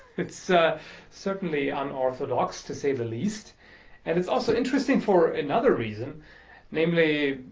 it's certainly unorthodox to say the least and it's also interesting for another reason namely,